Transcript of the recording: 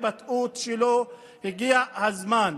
זו שאפשרה את הקמת המדינה,